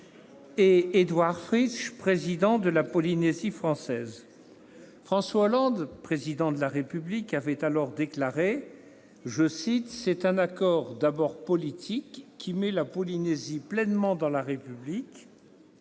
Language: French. et Édouard Fritch, président de la Polynésie française. Le Président de la République avait alors déclaré :« C'est un accord d'abord politique, qui met la Polynésie pleinement dans la République.